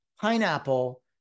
pineapple